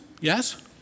yes